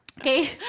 Okay